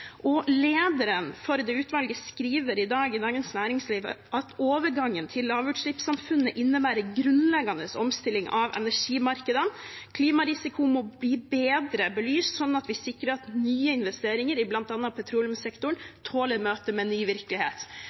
Lederen for utvalget skriver i dag i Dagens Næringsliv: «Overgangen til lavutslippssamfunn innebærer grunnleggende omstillinger av energimarkedene.» «Klimarisiko må bli bedre belyst, slik at vi sikrer at nye investeringer i blant annet petroleumssektoren tåler møtet med en ny virkelighet.»